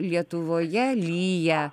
lietuvoje lyja